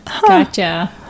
Gotcha